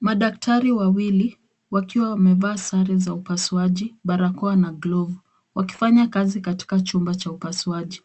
Madaktari wawili wakiwa wamevaa sare za upasuaji, barokoa na glovu wakifanya kazi katika chumba cha upasuaji.